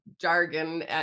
jargon